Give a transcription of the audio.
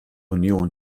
union